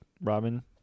Robin